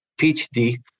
PhD